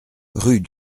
rue